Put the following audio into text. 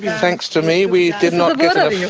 thanks to me we did not get enough,